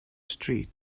street